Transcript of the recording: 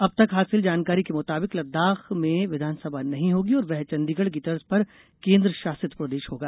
अब तक हासिल जानकारी के मुताबिक लददाख में विधानसभा नहीं होगी और वह चण्डीगढ़ की तर्ज पर केन्द्रशासित प्रदेश होगा